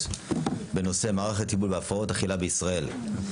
בנושא: מערך הטיפול בהפרעות אכילה בישראל.